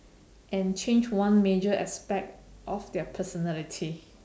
and change one major aspect of their personality